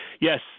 Yes